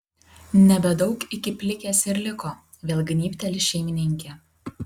nebedaug iki plikės ir liko vėl gnybteli šeimininkė